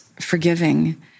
forgiving